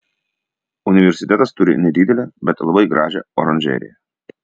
universitetas turi nedidelę bet labai gražią oranžeriją